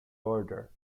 order